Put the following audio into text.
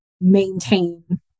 maintain